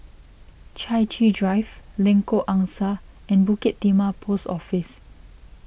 Chai Chee Drive Lengkok Angsa and Bukit Timah Post Office